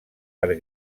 per